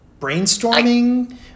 brainstorming